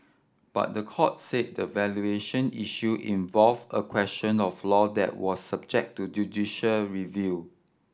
but the court said the valuation issue involved a question of law that was subject to judicial review